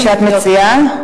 ואני מתארת לעצמי שאת מציעה,